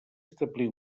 establir